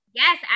Yes